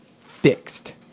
fixed